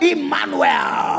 Emmanuel